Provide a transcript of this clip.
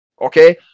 Okay